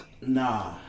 nah